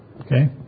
Okay